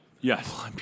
Yes